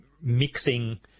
mixing